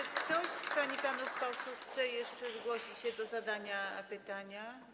Czy ktoś z pań i panów posłów chce jeszcze zgłosić się do zadania pytania?